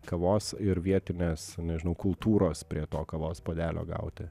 kavos ir vietinės nežinau kultūros prie to kavos puodelio gauti